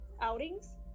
outings